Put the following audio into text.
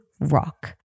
rock